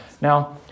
Now